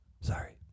sorry